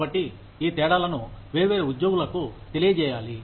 కాబట్టి ఈ తేడాలను వేర్వేరు ఉద్యోగులకు తెలియజేయాలి